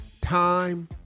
Time